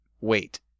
wait